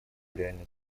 реальной